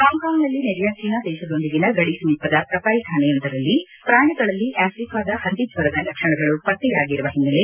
ಹಾಂಕಾಂಗ್ನಲ್ಲಿ ನೆರೆಯ ಚೀನಾ ದೇಶದೊಂದಿಗಿನ ಗಡಿ ಸಮೀಪದ ಕಸಾಯಿಖಾನೆಯೊಂದರಲ್ಲಿ ಪ್ರಾಣಿಗಳಲ್ಲಿ ಆಫ್ರಿಕದ ಹಂದಿಜ್ವರದ ಲಕ್ಷಣಗಳು ಪತ್ತೆಯಾಗಿರುವ ಹಿನ್ನೆಲೆ